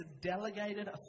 delegated